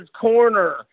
corner